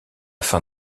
fin